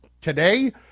today